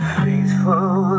faithful